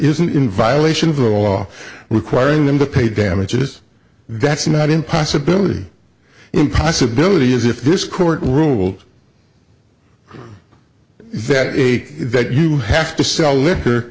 isn't in violation of the law requiring them to pay damages that's not in possibility the possibility is if this court ruled that eight that you have to sell